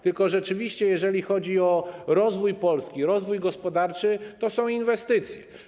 Tylko rzeczywiście, jeżeli chodzi o rozwój Polski, rozwój gospodarczy, to ważne są inwestycje.